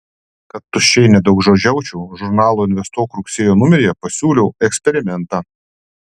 kad tuščiai nedaugžodžiaučiau žurnalo investuok rugsėjo numeryje pasiūliau eksperimentą